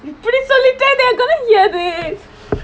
இப்படி சொல்லிட்டே:ippadi sollittae they're gonna hear this